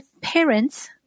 parents